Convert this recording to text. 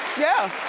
yeah.